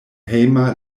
hejma